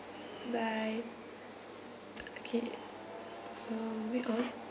bye okay so wait ah